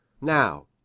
Now